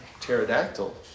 pterodactyl